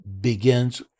begins